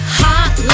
hot